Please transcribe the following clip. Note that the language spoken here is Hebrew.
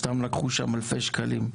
סתם לקחו שם אלפי שקלים,